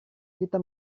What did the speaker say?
kita